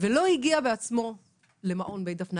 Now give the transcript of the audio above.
ולא הגיע בעצמו למעון "בית דפנה",